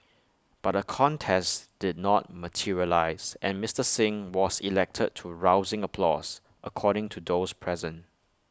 but A contest did not materialise and Mister Singh was elected to rousing applause according to those present